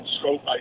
scope